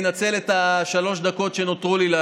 אני אנצל את שלוש הדקות שנותרו לי.